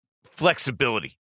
flexibility